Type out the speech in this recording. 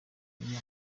yariye